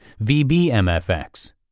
VBMFX